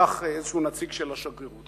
נשלח איזה נציג של השגרירות.